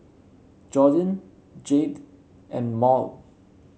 Jordyn Jayde and Maude